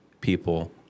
people